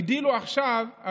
הגדילו עכשיו,